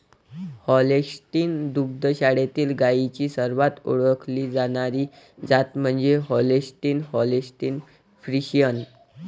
Holstein दुग्ध शाळेतील गायींची सर्वात ओळखली जाणारी जात म्हणजे होल्स्टीन होल्स्टीन फ्रिशियन